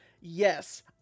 yes